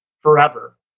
forever